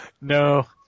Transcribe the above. No